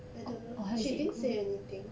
I don't know she didn't say anything